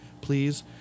please